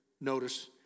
notice